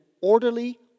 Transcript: orderly